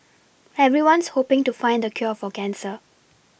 everyone's hoPing to find the cure for cancer